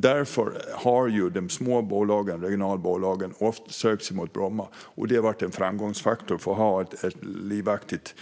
Därför har de små regionalbolagen ofta sökt sig till Bromma, vilket har varit en framgångsfaktor för ett livaktigt